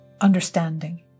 understanding